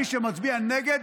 מי שמצביע נגד,